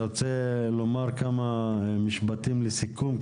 אתה רוצה לומר כמה משפטים לסיכום,